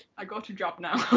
i go to job now.